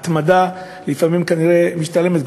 לפעמים כנראה ההתמדה משתלמת,